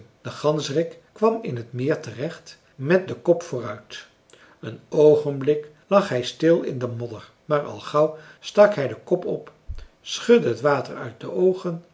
de ganzerik kwam in t meer terecht met den kop vooruit een oogenblik lag hij stil in de modder maar al gauw stak hij den kop op schudde het water uit de oogen